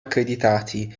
accreditati